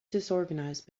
disorganized